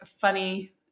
funny